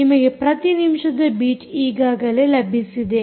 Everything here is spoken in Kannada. ನಿಮಗೆ ಪ್ರತಿ ನಿಮಿಷದ ಬೀಟ್ ಈಗಾಗಲೇ ಲಭಿಸಿದೆ